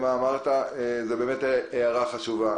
זאת באמת הערה חשובה.